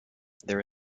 there